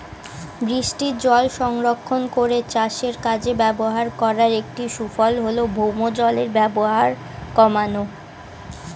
বৃষ্টিজল সংরক্ষণ করে চাষের কাজে ব্যবহার করার একটি সুফল হল ভৌমজলের ব্যবহার কমানো